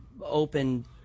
open